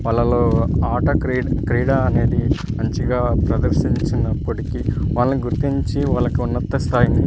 వాళ్ళలో ఆట క్రీ క్రీడా అనేది మంచిగా ప్రదర్శించినప్పటికి వాళ్ళని గుర్తించి వాళ్ళకి ఉన్నత స్థాయిని